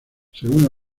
según